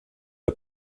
der